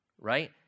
right